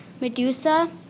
Medusa